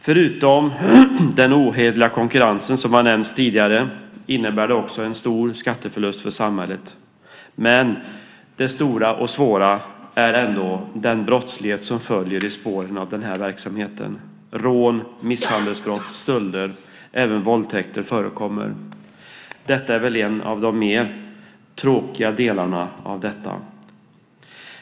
Förutom den ohederliga konkurrensen som tidigare nämnts innebär det också en stor skatteförlust för samhället, men det stora och svåra är dock den brottslighet som följer i spåren av verksamheten. Rån, misshandelsbrott, stölder och även våldtäkter förekommer. Det är en av de mer tråkiga delarna av svarttaxiverksamheten.